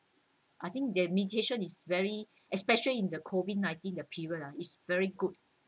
I think the mediation is very especially in the COVID nineteen the period ah it's very good